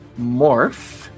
morph